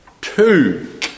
two